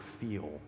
feel